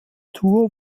tour